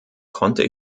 konnte